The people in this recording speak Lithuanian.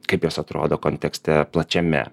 kaip jos atrodo kontekste plačiame